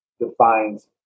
defines